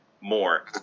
more